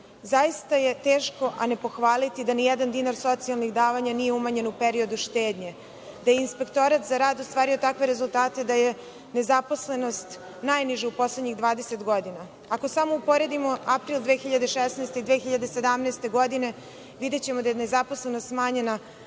Zaista je teško a ne pohvaliti da nijedan dinar socijalnih davanja nije umanjen u periodu štednje, da je Inspektorat za rad ostvario takve rezultate da je nezaposlenost najniža u poslednjih 20 godina. Ako samo uporedimo april 2016. i 2017. godine, videćemo da je nezaposlenost smanjena